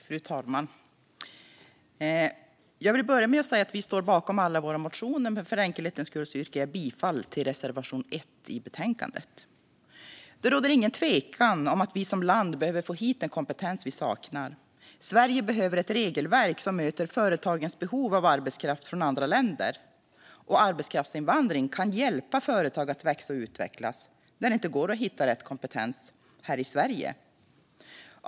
Fru talman! Jag vill börja med att säga att vi står bakom alla våra motioner men att jag för enkelhetens skull yrkar bifall till reservation 1 i betänkandet. Det råder ingen tvekan om att vi som land behöver få hit den kompetens vi saknar. Sverige behöver ett regelverk som möter företagens behov av arbetskraft från andra länder, och arbetskraftsinvandring kan hjälpa företag att växa och utvecklas när det inte går att hitta rätt kompetens här i Sverige.